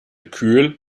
kühl